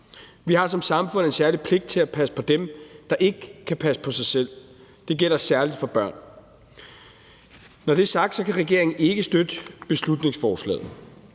Vi har som samfund en særlig pligt til at passe på dem, der ikke kan passe på sig selv. Det gælder særlig for børn. Når det er sagt, kan regeringen ikke støtte beslutningsforslaget.